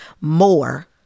more